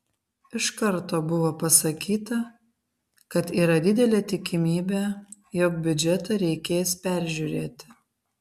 iš karto buvo pasakyta kad yra didelė tikimybė jog biudžetą reikės peržiūrėti